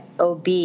OB